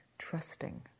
trusting